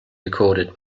recorded